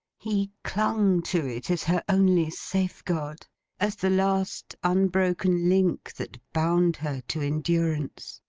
he clung to it as her only safeguard as the last unbroken link that bound her to endurance.